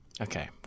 Okay